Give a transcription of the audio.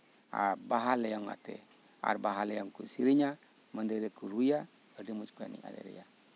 ᱟᱨ ᱵᱟᱦᱟ ᱞᱮᱭᱚᱝ ᱟᱛᱮᱫ ᱟᱨ ᱵᱟᱦᱟ ᱞᱮᱭᱚᱝ ᱠᱚ ᱥᱮᱹᱨᱮᱹᱧᱟ ᱢᱟᱹᱫᱟᱹᱲᱤᱭᱟᱹ ᱠᱚ ᱨᱩᱭᱟ ᱟᱹᱰᱤ ᱢᱚᱸᱡᱽ ᱠᱚ ᱮᱱᱮᱡ ᱥᱮᱹᱨᱮᱹᱧᱟ